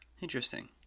Interesting